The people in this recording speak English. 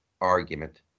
argument